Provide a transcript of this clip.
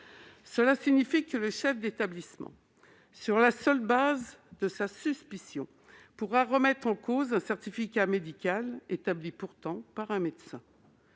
Cela signifie que le chef d'établissement, sur la seule base de sa suspicion, pourra remettre en cause un certificat médical, pourtant établi par un médecin.